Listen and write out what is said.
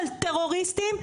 של טרוריסטים,